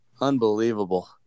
unbelievable